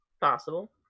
possible